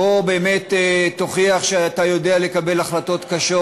בוא תוכיח שאתה יודע לקבל החלטות קשות,